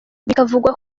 bikavugwa